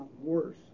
worse